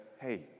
hey